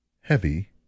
Heavy